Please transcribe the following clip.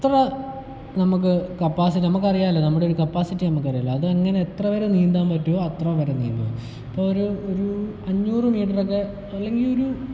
എത്ര നമുക്ക് കപ്പാസിറ്റി നമുക്ക് അറിയാമല്ലോ നമ്മുടെ ഒരു കപ്പാസിറ്റി നമുക്ക് അറിയാമല്ലോ അത് അങ്ങനെ എത്ര വരെ നീന്താൻ പറ്റുമോ അത്രയും വരെ നീന്താൻ ഇപ്പോൾ ഒരു ഒരു അഞ്ഞൂറ് മീറ്റർ ഒക്കെ അല്ലെങ്കിൽ ഒരു